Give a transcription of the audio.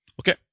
Okay